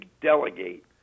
delegate